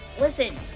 Listen